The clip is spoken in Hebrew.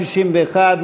61,